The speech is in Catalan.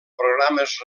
programes